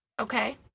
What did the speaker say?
okay